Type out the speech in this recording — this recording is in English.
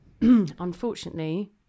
unfortunately